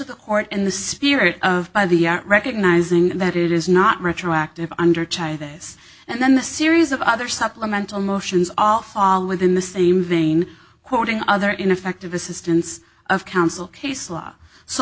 the court in the spirit of by the recognizing that it is not retroactive under child this and then the series of other supplemental motions all fall within the same vein quoting other ineffective assistance of counsel case law so